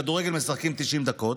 כדורגל משחקים 90 דקות,